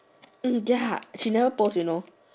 um ya she never post you know